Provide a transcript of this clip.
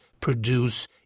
produce